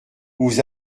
vous